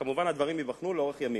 כמובן, הדברים ייבחנו לאורך ימים,